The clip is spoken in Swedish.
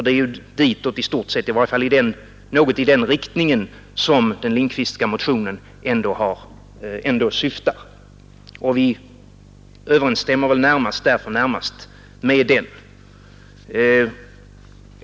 Det är ju ändå till något som ligger i den riktningen som den Lindkvistska motionen syftar, och vår åsikt överensstämmer väl därför närmast med den.